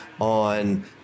on